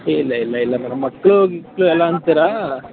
ಇಲ್ಲ ಇಲ್ಲ ಇಲ್ಲ ಮೇಡಮ್ ಮಕ್ಕಳು ಗಿಕ್ಳು ಎಲ್ಲ ಅಂತೀರಾ